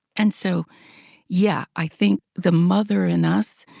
and so yeah, i think the mother in us,